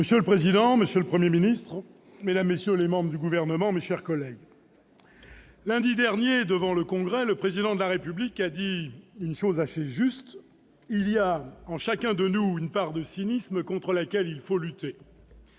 Monsieur le président, monsieur le Premier ministre, mesdames, messieurs les membres du Gouvernement, mes chers collègues, lundi dernier, devant le Congrès, le Président de la République a dit une chose assez juste :« Il y a en chacun de nous une part de cynisme, contre laquelle il faut lutter. »